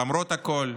למרות הכול,